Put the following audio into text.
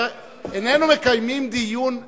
אין צורך, איננו מקיימים דיון עיוני.